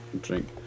drink